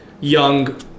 young